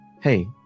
hey